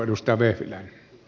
arvoisa puhemies